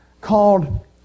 called